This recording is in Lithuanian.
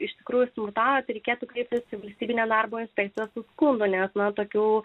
išskrosiu ir tau reikėtų kreiptis į valstybinę darbo inspekcija suskubo net nuo tokių